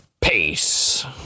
Peace